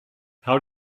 how